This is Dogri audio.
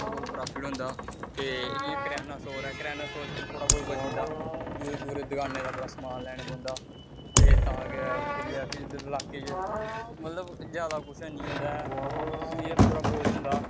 थोह्ड़ा बहुत प्राफिट होंदा ते इ'यां करेआना स्टोर ऐ थोह्ड़ा बहुत बची जंदा दूरा दूरा दकानें दे उप्परा समान लैना पौंदा ते तां गै फिर इद्धर इलाके च मतलब ज्यादा कुछ हैनी होंदा ऐ इ'यै थोह्ड़ा बहुत होंदा